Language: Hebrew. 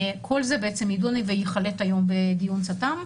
כל זה בעצם יידון ויוחלט היום בדיון צט"מ.